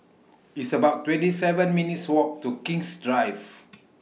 It's about twenty seven minutes' Walk to King's Drive